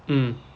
mm